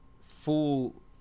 full